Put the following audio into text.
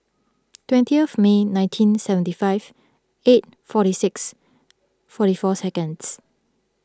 twentieth May nineteen seventy five eight forty six forty four seconds